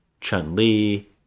Chun-Li